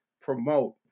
promote